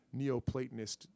Neoplatonist